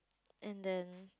and then